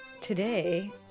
today